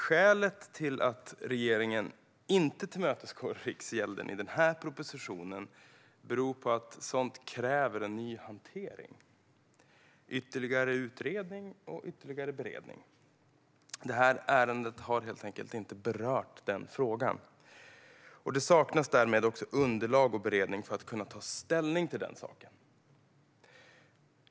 Skälet till att regeringen inte tillmötesgår Riksgälden i den här propositionen är att sådant kräver ny hantering, ytterligare utredning och ytterligare beredning. Det här ärendet har helt enkelt inte berört den frågan. Det saknas därmed också underlag och beredning för att kunna ta ställning till den saken.